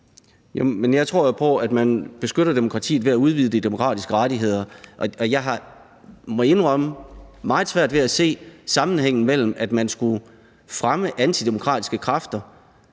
jeg tror jo på, at man beskytter demokratiet ved at udvide de demokratiske rettigheder, og jeg må indrømme, at jeg har meget svært ved at se, at man skulle fremme antidemokratiske kræfter